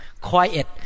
quiet